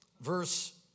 verse